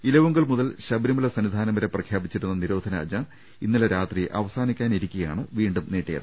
ഇലവുങ്കൽ മുതൽ ശബരിമല സന്നിധാനം വർ പ്രഖ്യാപിച്ചിരുന്ന നിരോധനാജ്ഞ ഇന്നലെ രാത്രി അവസാനിക്കാനിരിക്കെയാണ് വീണ്ടും നീട്ടി യത്